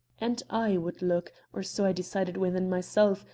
and i would look, or so i decided within myself,